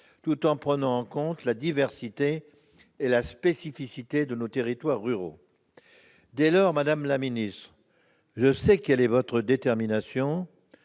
tout en prenant en compte la diversité et la spécificité de nos territoires ruraux. Dès lors, madame la ministre- je sais quelle est votre détermination